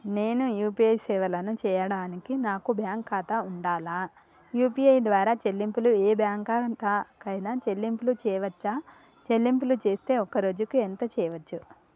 నేను యూ.పీ.ఐ సేవలను చేయడానికి నాకు బ్యాంక్ ఖాతా ఉండాలా? యూ.పీ.ఐ ద్వారా చెల్లింపులు ఏ బ్యాంక్ ఖాతా కైనా చెల్లింపులు చేయవచ్చా? చెల్లింపులు చేస్తే ఒక్క రోజుకు ఎంత చేయవచ్చు?